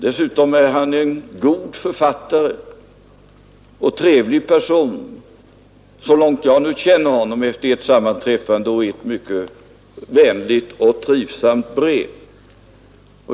Dessutom är han en god författare och trevlig person så långt jag känner honom efter ett sammanträffande och ett mycket vänligt och trivsamt brev.